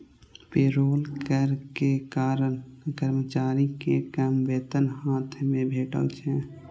payroll कर के कारण कर्मचारी कें कम वेतन हाथ मे भेटै छै